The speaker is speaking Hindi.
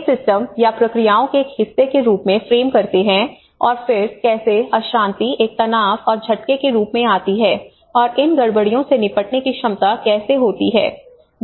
ये सिस्टम या प्रक्रियाओं के एक हिस्से के रूप में फ्रेम करते हैं और फिर कैसे अशांति एक तनाव और झटके के रूप में आती है और इन गड़बड़ियों से निपटने की क्षमता कैसे होती है